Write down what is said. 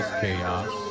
chaos